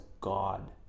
God